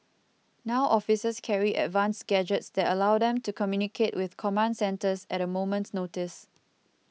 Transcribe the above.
now officers carry advanced gadgets that allow them to communicate with command centres at a moment's notice